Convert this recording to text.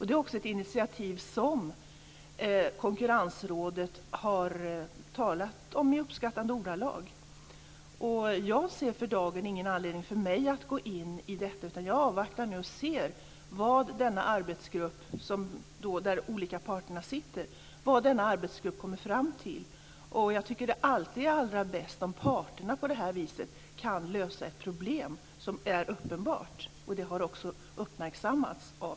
Det är också ett initiativ som Konkurrensrådet har talat om i uppskattande ordalag. Och jag ser för dagen ingen anledning för mig att gå in i detta, utan jag avvaktar nu för att se vad denna arbetsgrupp där de olika parterna ingår kommer fram till. Jag tycker alltid att det är allra bäst om parterna på det här viset kan lösa ett problem som är uppenbart, och det har också uppmärksammats av